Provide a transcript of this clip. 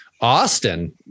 Austin